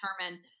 determine